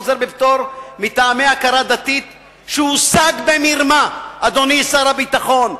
עיון חוזר בפטור מטעמי הכרה דתית שהושג במרמה) אדוני שר הביטחון,